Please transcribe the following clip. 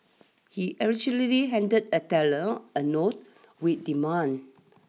he allegedly handed a teller a note with demands